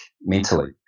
mentally